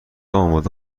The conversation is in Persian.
آماده